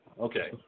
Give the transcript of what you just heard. Okay